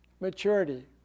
maturity